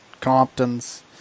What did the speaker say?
Comptons